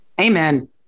Amen